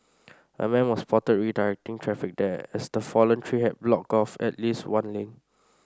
a man was spotted redirecting traffic there as the fallen tree had blocked off at least one lane